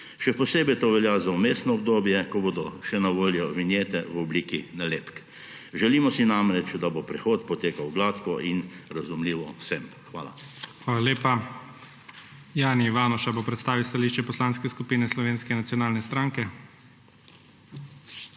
Še posebej to velja za vmesno obdobje, ko bodo še na voljo vinjete v obliki nalepk. Želimo si namreč, da bo prehod potekal gladko in razumljivo vsem. Hvala. **PREDSEDNIK IGOR ZORČIČ:** Hvala lepa. Jani Ivanuša bo predstavil stališče Poslanske skupine Slovenske nacionalne stranke.